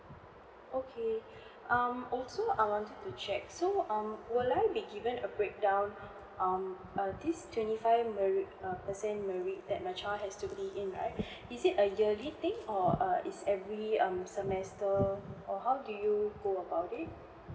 okay um also I wanted to check so um will I be given a breakdown um err this twenty five merit err percent merit that my child has to be in right is it a yearly thing or err It's every um semester or how do you go about it